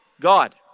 God